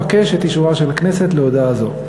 אבקש את אישורה של הכנסת להודעה זו.